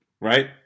Right